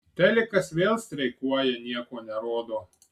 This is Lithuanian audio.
telikas vėl streikuoja nieko nerodo